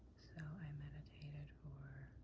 so, i meditated for